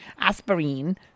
aspirin